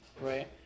Right